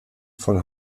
von